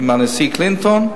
ועם הנשיא קלינטון,